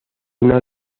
una